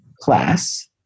Class